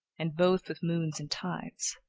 and both with moons and tides.